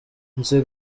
nzi